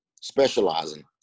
specializing